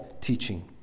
teaching